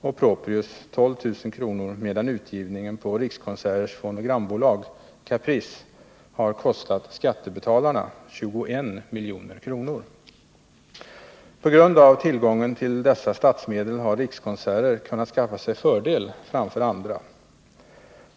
och Proprius 12 000 kr., medan utgivningen på Rikskonserters fonogrambolag Caprice har kostat skattebetalarna 21 milj.kr. På grund av tillgången till dessa statsmedel har Rikskonserter kunnat skaffa sig fördel framför andra.